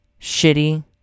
shitty